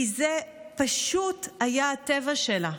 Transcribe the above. כי זה פשוט היה הטבע שלה.